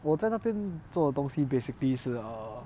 我在那边做的东西 basically 是 err